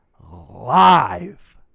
live